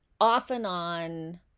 off-and-on